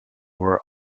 were